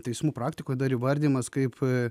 teismų praktikoj dar įvardijamas kaip